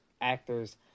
actors